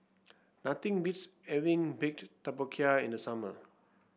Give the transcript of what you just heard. nothing beats having Baked Tapioca in the summer